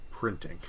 printing